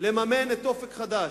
לממן את "אופק חדש"